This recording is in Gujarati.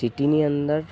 સિટિની અંદર